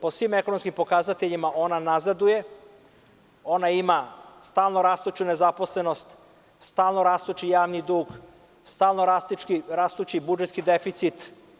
Po svim ekonomskim pokazateljima ona nazaduje, ona ima stalno rastuću nezaposlenost, stalno rastući javni dug, stalno rastući budžetski deficit.